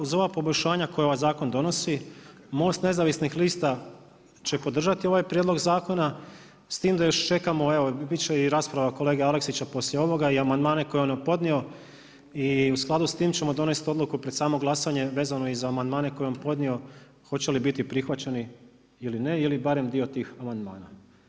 Uz ova poboljšanja koja ovaj zakon donosi MOST nezavisnih lista će podržati ovaj prijedlog zakona s tim da još čekamo, evo bit će i rasprava kolege Aleksića poslije ovoga i amandmane koje je on podnio i u skladu s tim ćemo donest odluku pred samo glasanje vezano i za amandmane koje je on podnio hoće li biti prihvaćeni ili ne ili barem dio tih amandmana?